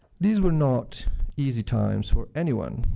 these were not easy times for anyone,